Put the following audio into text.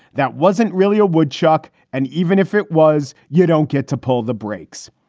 that wasn't really a woodchuck. and even if it was, you don't get to pull the brakes.